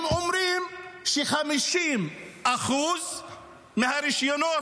הם אומרים ש-50% מהרישיונות